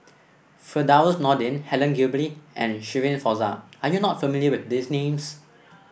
Firdaus Nordin Helen Gilbey and Shirin Fozdar are you not familiar with these names